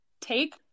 take